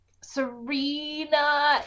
Serena